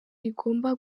rigomba